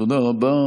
תודה רבה.